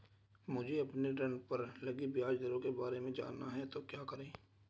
मुझे अपने ऋण पर लगी ब्याज दरों के बारे में जानना है तो क्या करें?